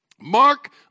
Mark